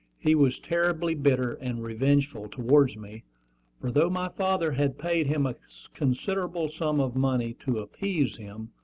he was terribly bitter and revengeful towards me for though my father had paid him a considerable sum of money to appease him,